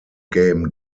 game